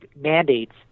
mandates